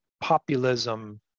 populism